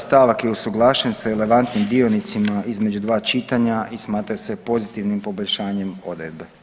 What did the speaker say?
Stavak je usuglašen s relevantnim dionicima između 2 čitanja i smatra se pozitivnim poboljšanjem odredbe.